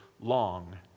long